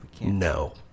no